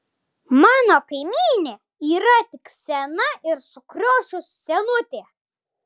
mano kaimynė yra tik sena ir sukriošus senutė